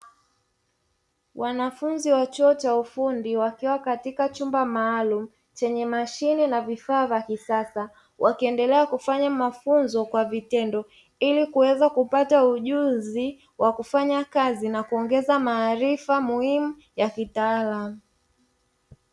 Wanafunzi wa chuo cha ufundi wakiwa katika chumba maalumu chenye mashine na vifaa vya kisasa, wakiendelea kufanya mafunzo kwa vitendo, ili kuweza kupata ujuzi wa kufanya kazi na kuongeza maarifa muhimu ya kitaalamu.